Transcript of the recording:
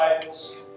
Bibles